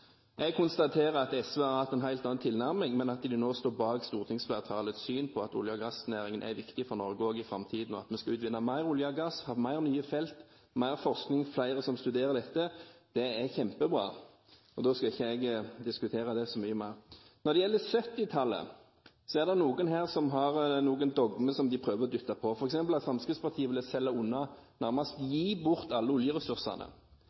Jeg konstaterer at SV har hatt en helt annen tilnærming, men at de nå står bak stortingsflertallets syn på at olje- og gassnæringen er viktig for Norge også i framtiden, og at vi skal utvinne mer olje og gass, få flere nye felt og mer forskning, – flere som studerer dette. Det er kjempebra. Da skal ikke jeg diskutere det så mye mer. Når det gjelder 1970-tallet, er det noen her som har noen dogmer som de prøver å dytte på andre, f.eks. den om at Fremskrittspartiet ville selge unna, nærmest gi bort, alle oljeressursene.